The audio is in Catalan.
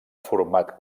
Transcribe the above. format